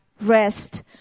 rest